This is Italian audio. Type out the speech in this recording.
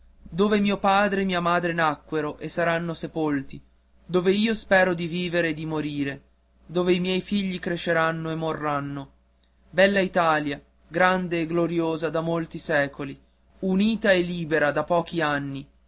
dove mio padre e mia madre nacquero e saranno sepolti dove io spero di vivere e di morire dove i miei figli cresceranno e morranno bella italia grande e gloriosa da molti secoli unita e libera da pochi anni